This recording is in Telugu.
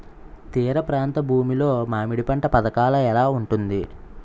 తీర ప్రాంత భూమి లో మామిడి పంట పథకాల ఎలా ఉంటుంది?